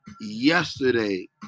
Yesterday